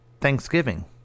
thanksgiving